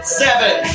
seven